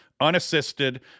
unassisted